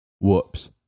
Whoops